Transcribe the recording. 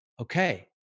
okay